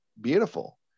beautiful